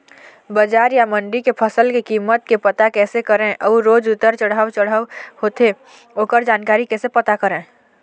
बजार या मंडी के फसल के कीमत के पता कैसे करें अऊ रोज उतर चढ़व चढ़व होथे ओकर जानकारी कैसे पता करें?